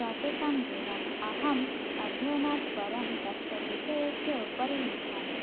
प्रत्येकं दिनम् अहम् अध्ययनात् परं तस्य विषयस्य उपरि लिखामि